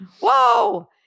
whoa